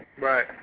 Right